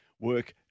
work